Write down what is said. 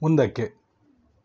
ಮುಂದಕ್ಕೆ